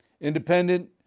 Independent